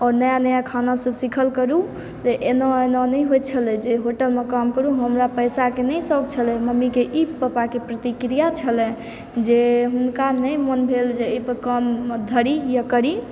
आओर नया नया खानासभ सिखल करू एना एना नहि होइ छलय जे होटलमे काम करू हमरा पैसाके नहि शौक़ छलय मम्मीके ई पापाके ई प्रतिक्रिया छलय जे हुनका नहि मोन भेल जे एहिपर काम धरी या करी